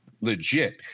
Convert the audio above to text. legit